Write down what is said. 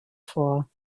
vor